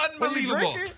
Unbelievable